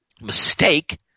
mistake